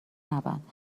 نبند